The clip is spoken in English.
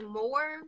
more